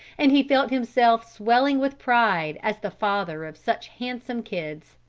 and he felt himself swelling with pride as the father of such handsome kids.